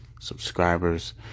subscribers